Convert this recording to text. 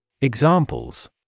Examples